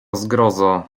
zgrozo